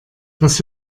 das